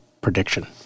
prediction